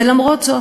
ולמרות זאת,